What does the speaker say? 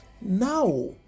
Now